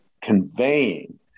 conveying